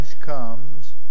comes